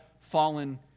fallen